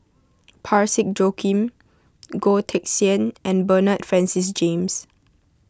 Parsick Joaquim Goh Teck Sian and Bernard Francis James